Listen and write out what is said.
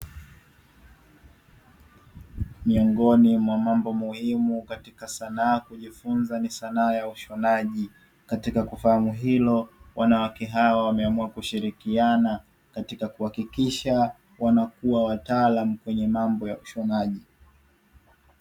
Miongoni mwa mambo muhimu katika sanaa kujifunza ni sanaa ya ushonaji, katika kufahamu hilo wanawake hawa wameamua kushirikiana katika kuhakikisha wanakuwa wataalamu kwenye mambo ya ushonaji.